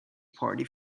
party